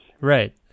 right